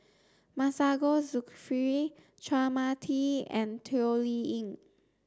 Masagos Zulkifli Chua Mia Tee and Toh Liying